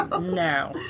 No